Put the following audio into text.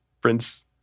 Prince